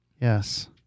Yes